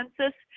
census